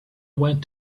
went